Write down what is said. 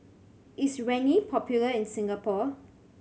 is Rene popular in Singapore